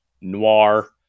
noir